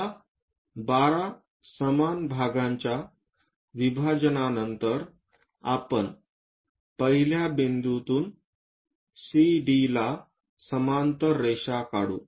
या 12 समान भागांच्या विभाजनानंतर आपण पहिल्या बिंदूतून CD ला समांतर रेषा काढू